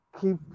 keep